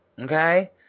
okay